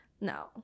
No